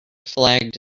flagged